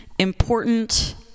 important